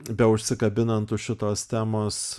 beužsikabinant už šitos temos